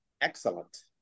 excellent